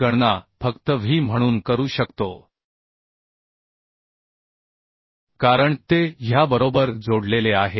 ची गणना फक्त W म्हणून करू शकतो कारण ते ह्या बरोबर जोडलेले आहे